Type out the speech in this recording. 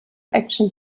action